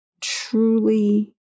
truly